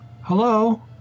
Hello